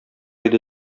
иде